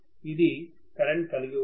ఇది కరెంట్ కలిగి ఉండదు